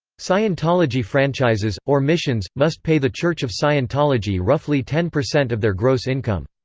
scientology franchises, or missions, must pay the church of scientology roughly ten percent of their gross income.